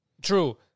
True